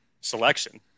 selection